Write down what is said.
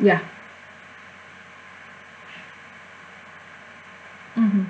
ya mmhmm